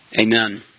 Amen